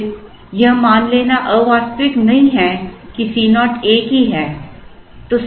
फिर यह मान लेना अवास्तविक नहीं है कि Co एक ही है